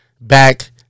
back